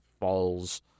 falls